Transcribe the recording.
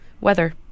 Weather